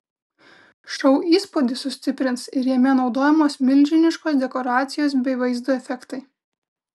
šou įspūdį sustiprins ir jame naudojamos milžiniškos dekoracijos bei vaizdo efektai